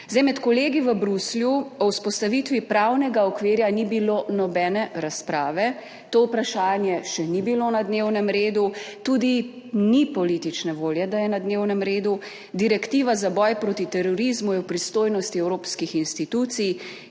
Zdaj med kolegi v Bruslju o vzpostavitvi pravnega okvirja ni bilo nobene razprave, to vprašanje še ni bilo na dnevnem redu, tudi ni politične volje, da je na dnevnem redu, direktiva za boj proti terorizmu je v pristojnosti evropskih institucij,